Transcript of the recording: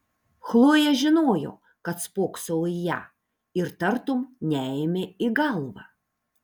chlojė žinojo kad spoksau į ją ir tartum neėmė į galvą